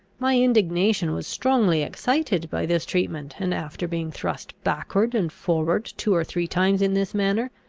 my indignation was strongly excited by this treatment and, after being thrust backward and forward two or three times in this manner,